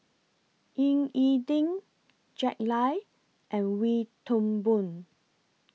Ying E Ding Jack Lai and Wee Toon Boon